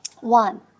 One